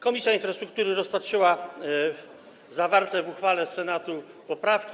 Komisja Infrastruktury rozpatrzyła zawarte w uchwale Senatu poprawki.